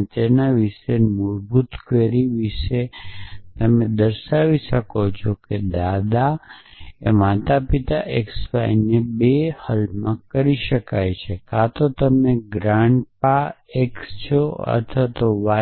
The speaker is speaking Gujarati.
અને તે વિશે મૂળભૂત ક્વેરી વિશે છે તે પછી તમે જોઈ શકો છો કે દાદા માતાપિતા XY ને 2 માં હલ કરી શકાય છે કે કાં તો તમે ગ્રાન્ડ પા x છો